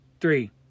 three